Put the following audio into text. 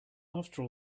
after